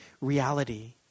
reality